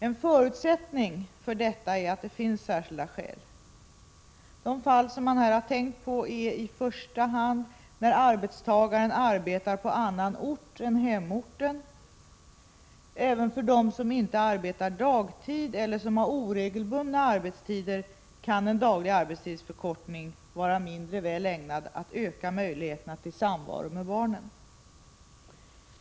En förutsättning för detta är att det finns särskilda skäl. De fall man här tänkt på är i första hand när arbetstagaren arbetar på annan ort än hemorten. Även för dem som inte arbetar dagtid eller som har oregelbundna arbetstider kan en daglig arbetstidsförkortning vara mindre väl ägnad att öka möjligheterna till samvaro med barnen.